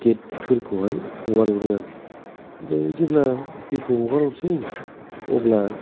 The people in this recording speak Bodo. गेट फोरखौ हाय हगार हरो आरो ओमफ्राय जेब्ला दैखौ हगार हरसै अब्ला